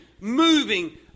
moving